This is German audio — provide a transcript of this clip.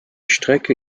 strecke